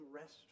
rest